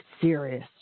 serious